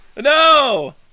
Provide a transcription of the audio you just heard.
No